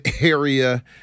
area